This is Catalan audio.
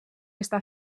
està